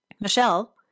Michelle